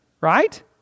Right